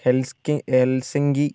Helsinki Helsinki